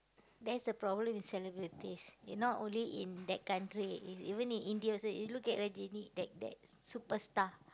that's the problem with celebrities it not only in that country it's even in India also you look at Rajini that that superstar